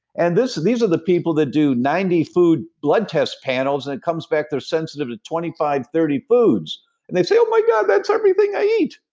and these are the people that do ninety food blood test panels and it comes back they're sensitive to twenty five, thirty foods they say, oh my god, that's everything i eat.